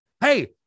Hey